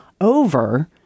over